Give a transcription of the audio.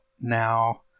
now